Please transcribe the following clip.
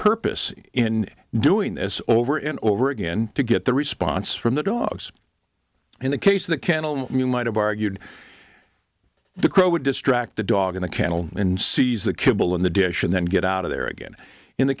purpose in doing this over and over again to get the response from the dogs in the case of the kennel you might have argued the crow would distract the dog in a kennel and seize the kibble in the dish and then get out of there again in the